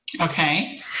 okay